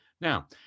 Now